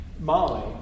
Molly